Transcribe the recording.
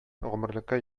гомерлеккә